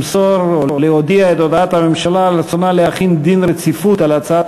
למסור או להודיע את הודעת הממשלה על רצונה להחיל דין רציפות על הצעות